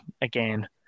again